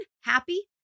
happy